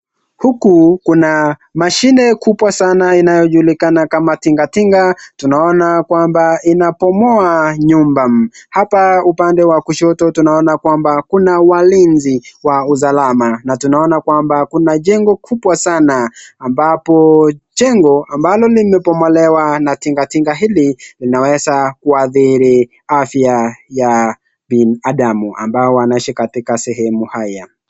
Huku kuna mashini kubwa sanaa inayojulikana kama tinga tinga. Tunaona kwamba inabomoa nyumba. Upande wa kushoto tunaona kuwa kuna walinzi wa usalama. Tunaona kwamba kuna jengo kubwa sana ambapo jengo ambalo limebomolewa na tinga tinga hili linaweza kuathiri afya ya binadamu ambao wanaishi katika sehemu haya.